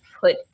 put